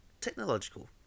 Technological